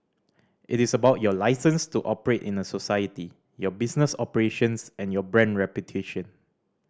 it is about your licence to operate in a society your business operations and your brand reputation